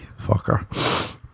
fucker